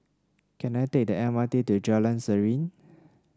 can I take the M R T to Jalan Serene